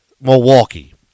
Milwaukee